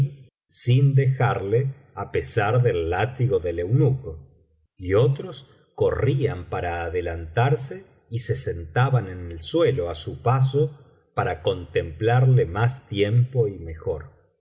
biblioteca valenciana generalitat valenciana las mil noches y una noche y otros corrían para adelantarse y se sentaban en el suelo á su paso para contemplarle más tiempo y mejor